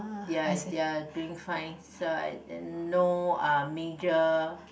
they're they're doing fine so I uh no uh major